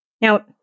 Now